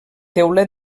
teula